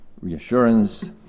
reassurance